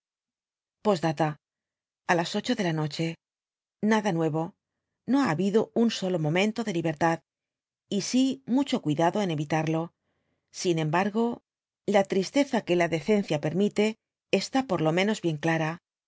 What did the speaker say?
p a las ocho de la noche nada de nuevo no ha haljido un solo momento de libertad y si mucho cuidado en evitarlo sin embargo la tristeza que la decencia permite está por lo menos bien clara